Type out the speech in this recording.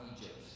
Egypt